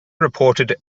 reported